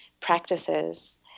practices